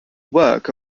work